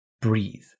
breathe